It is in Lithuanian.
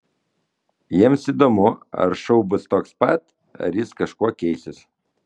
jiems įdomu ar šou bus toks pats ar jis kažkuo keisis